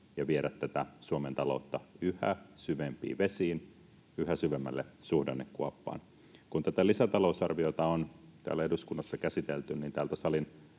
ja viedä Suomen taloutta yhä syvempiin vesiin, yhä syvemmälle suhdannekuoppaan. Kun tätä lisätalousarviota on täällä eduskunnassa käsitelty, täältä salin